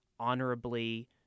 honorably